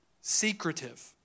secretive